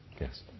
Yes